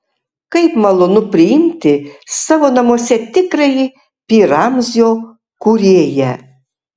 kaip malonu priimti savo namuose tikrąjį pi ramzio kūrėją